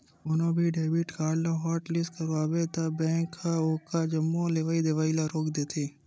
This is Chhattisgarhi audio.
कोनो भी डेबिट कारड ल हॉटलिस्ट करवाबे त बेंक ह ओखर जम्मो लेवइ देवइ ल रोक देथे